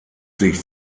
sich